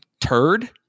turd